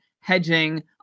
hedging